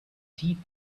teeth